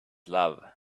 love